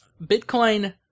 Bitcoin